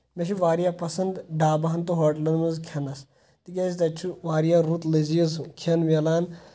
مےٚ چھُ واریاہ پسنٛد ڈاباہن تہٕ ہوٹلَن منٛز کھٮ۪نَس تِکیٚازِ تَتہِ چھُ واریاہ رُت لٔزیٖز کھٮ۪ن مِلان